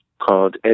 called